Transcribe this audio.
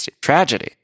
tragedy